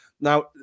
Now